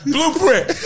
Blueprint